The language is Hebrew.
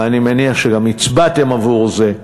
ואני מניח שגם הצבעתם עבור זה,